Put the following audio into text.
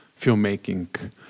filmmaking